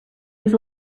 was